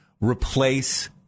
replace